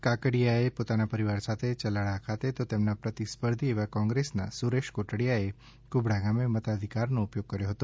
કાકડિયાએ પોતાના પરિવાર સાથે યલાળા ખાતે તો તેમના પ્રતિસ્પર્ધી એવા કોંગ્રેસ ના સુરેશ કોટડીયા એ ફૂબડા ગામે મતાધિકારનો ઉપયોગ કર્યો હતો